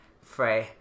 free